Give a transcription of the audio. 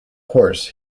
horse